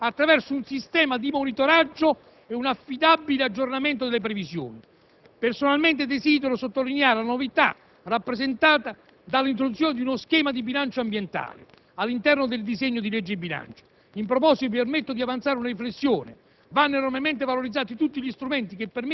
si è parlato di ciò anche in Commissione - attraverso un sistema di monitoraggio e un affidabile aggiornamento delle previsioni. Personalmente desidero sottolineare la novità rappresentata dall'introduzione di uno schema di «bilancio ambientale» all'interno del disegno di legge di bilancio. In proposito mi permetto di avanzare una riflessione: